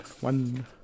one